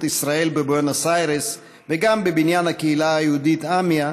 ישראל בבואנוס איירס וגם בבניין הקהילה היהודית AMIA,